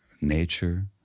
nature